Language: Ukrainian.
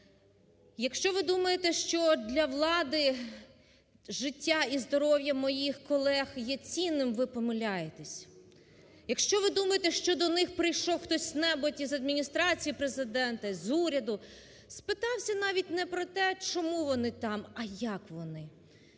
Якщо ви думаєте, що для влади життя і здоров'я моїх колег є цінним, ви помиляєтесь. Якщо ви думаєте, що до них прийшов хто-небудь з Адміністрації Президента, з уряду, спитався навіть не про те, чому вони там, а як вони,